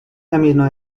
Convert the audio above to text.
amino